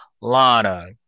Lana